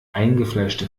eingefleischte